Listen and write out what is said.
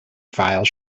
file